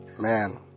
Man